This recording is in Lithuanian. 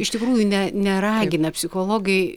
iš tikrųjų ne neragina psichologai